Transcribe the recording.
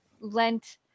lent